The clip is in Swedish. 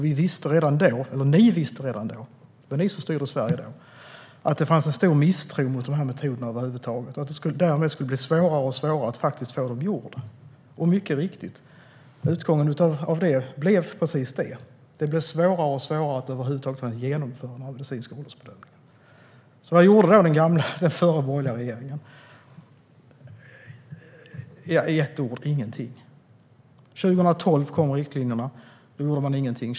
Ni visste redan då - det var ni som styrde Sverige då - att det fanns en över huvud taget stor misstro mot metoderna, och därmed skulle det bli svårare och svårare att få bedömningarna gjorda. Mycket riktigt blev utgången att det blev svårare och svårare att över huvud taget genomföra några medicinska åldersbedömningar. Vad gjorde då den borgerliga regeringen? I ett ord: ingenting. År 2012 kom riktlinjerna. Då gjorde man ingenting.